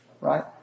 Right